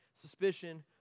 Suspicion